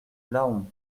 laon